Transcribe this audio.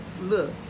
look